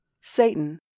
Satan